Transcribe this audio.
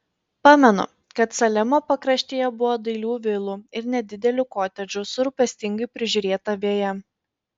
pamenu kad salemo pakraštyje buvo dailių vilų ir nedidelių kotedžų su rūpestingai prižiūrėta veja